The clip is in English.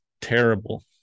terrible